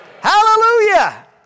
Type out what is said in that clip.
Hallelujah